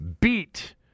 beat